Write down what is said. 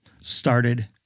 started